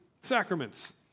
sacraments